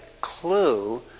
clue